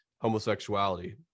homosexuality